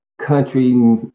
country